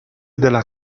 della